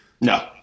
No